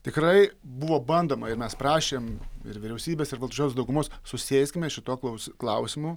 tikrai buvo bandoma ir mes prašėm ir vyriausybės ir valdančios daugumos susėskime šituo klaus klausimu